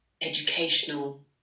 educational